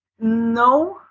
No